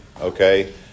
okay